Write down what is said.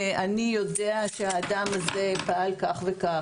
אני יודע שהאדם הזה בעל כך וכך,